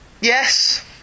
Yes